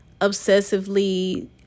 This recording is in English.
obsessively